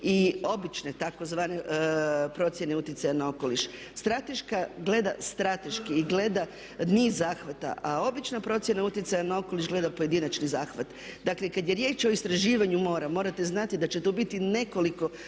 i obične tzv. procjene utjecaja na okoliš. Strateška gleda strateški i gleda niz zahvata a obična procjena utjecaja na okoliš gleda pojedinačni zahvat. Dakle, kad je riječ o istraživanju mora morate znati da će to biti nekoliko